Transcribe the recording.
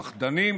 פחדנים,